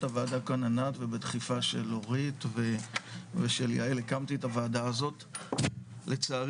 הועדה כאן ענת ובדחיפה של אורית ושל יעל הקמתי את הועדה הזאת לצערי